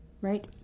right